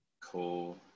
Cool